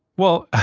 well.